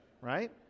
Right